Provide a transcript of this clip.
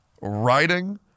writing